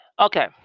Okay